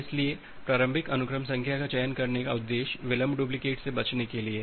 इसलिए प्रारंभिक अनुक्रम संख्या का चयन करने का उद्देश्य विलम्ब डुप्लिकेट से बचने के लिए है